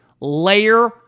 Layer